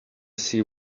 see